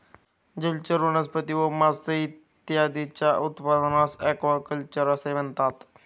जलचर वनस्पती व मासे इत्यादींच्या उत्पादनास ॲक्वाकल्चर असे म्हणतात